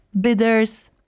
bidders